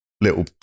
little